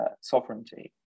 sovereignty